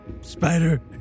spider